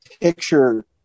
picture